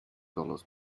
dollars